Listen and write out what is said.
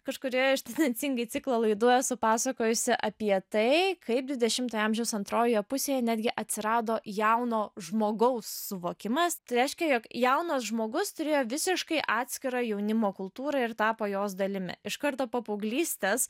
kažkurioje iš tendencingai ciklo laidų esu pasakojusi apie tai kaip dvidešimtojo amžiaus antrojoje pusėje netgi atsirado jauno žmogaus suvokimas reiškia jog jaunas žmogus turėjo visiškai atskirą jaunimo kultūrą ir tapo jos dalimi iš karto po paauglystės